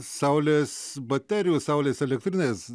saulės baterijų saulės elektrinės